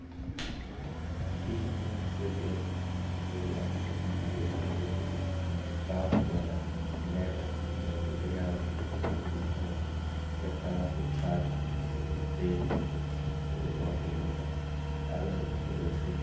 fishing برٛونٹھ چھُ prepare آسُن ضروٗری اَتھ منٛز چھُ آسان اَگر أسۍ دۄہَس گژھو مطلب تاپ جایہِ آسن لٮ۪کٕس کُنہِ جایہِ دریابَس منٛز گژھو یا کُنہِ جایہِ اَگر تاپھ اوس چھاتہٕ چھِ تُلٕنۍ سۭتۍ ترٛیشہِ بٲتَل چھِ تُلٕنۍ سۭتۍ واٹر بٲتَل اَگر دۄہَس پٮ۪ٹھ گژھو